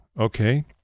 okay